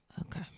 Okay